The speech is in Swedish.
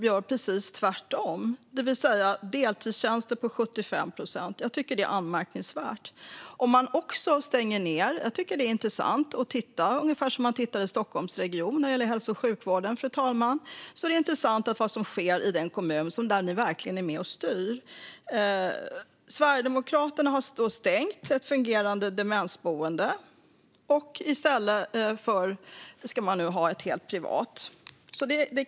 Där har man deltidstjänster på 75 procent. Detta tycker jag är anmärkningsvärt. Jag tycker att det är intressant att titta på detta, på samma sätt som man till exempel tittar på Stockholmsregionen och hälso och sjukvården. Det är intressant att titta på vad som sker i den kommun där de verkligen är med och styr. Sverigedemokraterna har där stängt ett fungerande demensboende. I stället ska man ha ett helt privat boende.